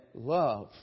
love